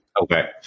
Okay